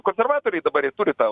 konservatoriai dabar ir turi tą